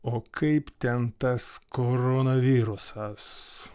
o kaip ten tas koronavirusas